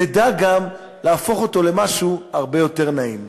נדע גם להפוך אותו למשהו הרבה יותר נעים.